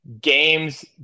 games